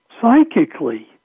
Psychically